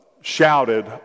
shouted